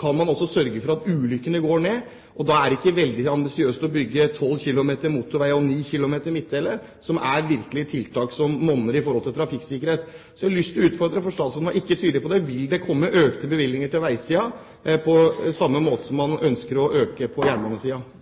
kan man også sørge for at antallet ulykker går ned? Da er det ikke veldig ambisiøst å bygge 12 km motorvei og 9 km midtdelere, som virkelig er tiltak som monner når det gjelder trafikksikkerhet. Så har jeg lyst til å utfordre statsråden – for hun var ikke tydelig på det: Vil det komme økte bevilgninger på veisiden, på samme måte som man ønsker det på jernbanesiden? Trafikktryggleik har høgaste prioritet i alt Regjeringa sitt arbeid på